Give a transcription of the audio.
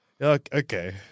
Okay